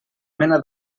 mena